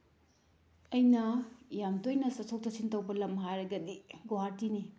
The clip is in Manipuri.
ꯑꯩꯅ ꯌꯥꯝ ꯇꯣꯏꯅ ꯆꯠꯊꯣꯛ ꯆꯠꯁꯤꯟ ꯇꯧꯕ ꯂꯝ ꯍꯥꯏꯔꯒꯗꯤ ꯒꯨꯍꯥꯇꯤꯅꯤ